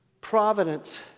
providence